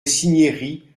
cinieri